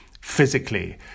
physically